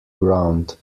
ground